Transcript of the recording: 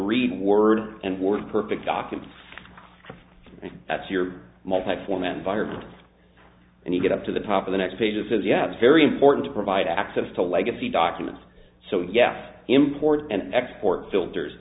read word and word perfect document that's your multiform environment and you get up to the top of the next page it says yeah it's very important to provide access to legacy documents so yes import and export filters